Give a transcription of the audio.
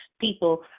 people